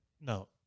No